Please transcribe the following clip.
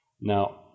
Now